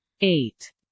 eight